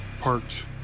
parked